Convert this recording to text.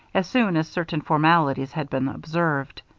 as soon as certain formalities had been observed.